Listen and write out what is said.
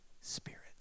Spirit